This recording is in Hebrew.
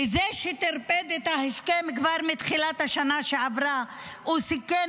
לזה שטרפד את ההסכם כבר מתחילת השנה שעברה וסיכן